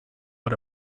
but